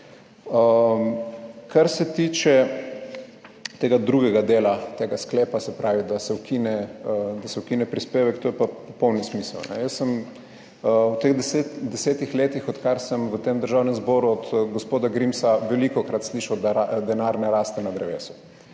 Kar se tiče tega drugega dela tega sklepa, se pravi, da se ukine, da se ukine prispevek, to je pa popoln nesmisel. Jaz sem v teh desetih letih, odkar sem v tem Državnem zboru, od gospoda Grimsa velikokrat slišal, da denar ne raste na drevesu.